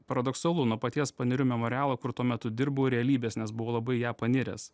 paradoksalu nuo paties panerių memorialo kur tuo metu dirbau realybės nes buvau labai į ją paniręs